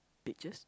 pictures